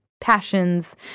passions